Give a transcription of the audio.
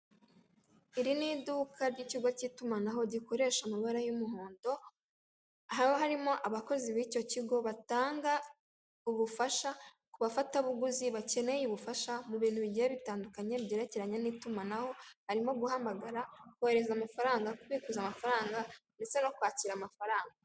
Iri ni iduka ry'ikigo k'itumanaho gikoresha amabara y'umuhondo, haba harimo abakozi b'icyo kigo batanga ubufasha, ku bafatabuguzi bakeneye ubufasha ku bintu bigiye bitandukanye byerekeranye n'itumanaho, harimo guhamagara kohereza amafaranga, kubikuza amafaranga ndetse no kubikuza amafaranga.